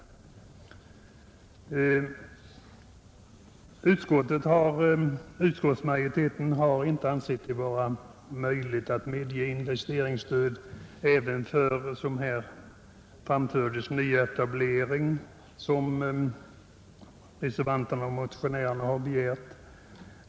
Utskottsmajoriteten har inte ansett det vara möjligt att medge investeringsstöd även för, som här framfördes, nyetablering, vilket reservanterna och motionärerna har begärt.